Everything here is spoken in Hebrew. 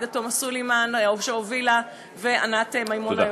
לעאידה תומא סלימאן שהובילה ולענת מימון,